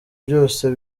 byose